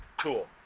tool